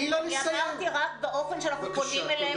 אני אמרתי רק באופן שאנחנו פונים אליהם.